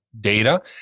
data